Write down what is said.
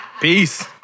Peace